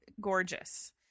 gorgeous